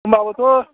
होनब्लाबोथ'